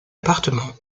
appartements